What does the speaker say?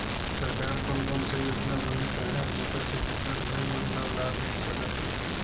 सरकार कोन कोन सा योजना बनिस आहाय जेकर से किसान भाई मन ला लाभ मिल सकथ हे?